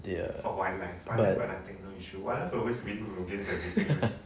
ya